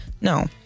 No